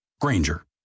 Granger